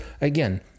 again